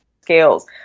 scales